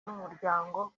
n’umuryango